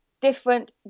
different